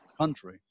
country